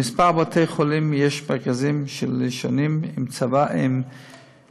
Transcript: בכמה בתי-חולים יש מרכזים שלישוניים עם צוותים